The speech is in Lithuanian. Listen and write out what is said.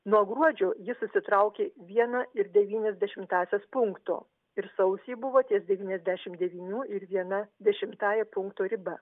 nuo gruodžio jis susitraukė viena ir devynias dešimtąsias punkto ir sausį buvo ties devyniasdešimt devynių ir viena dešimtąja punkto riba